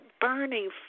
burning